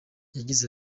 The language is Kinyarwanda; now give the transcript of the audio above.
yagize